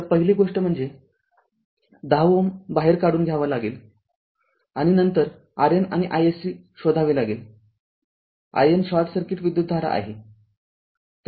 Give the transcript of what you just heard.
तरपहिली गोष्ट म्हणजे १० Ω बाहेर काढून घ्यावा लागेल आणि नंतर RN आणि iSC शोधावी लागेल IN शॉर्ट सर्किट विद्युतधारा आहे